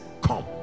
Come